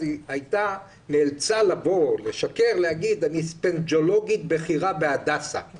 היא נאלצה לשקר ולומר שהיא ספנג'ולוגית בכירה בהדסה.